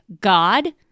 God